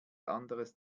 anderes